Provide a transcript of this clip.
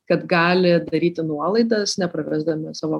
kad gali daryti nuolaidas neprarasdami savo